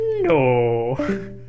No